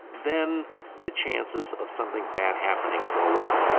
then the chances of something bad happening go up